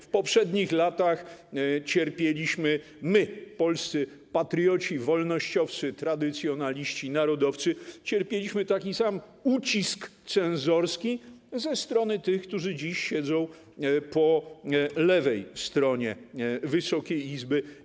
W poprzednich latach cierpieliśmy my, polscy patrioci, wolnościowcy, tradycjonaliści i narodowcy, cierpieliśmy taki sam ucisk cenzorski ze strony tych, którzy dziś siedzą po lewej stronie Wysokiej Izby.